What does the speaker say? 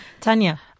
Tanya